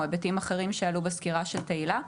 היבטים אחרים שעלו בסקירה של תהילה?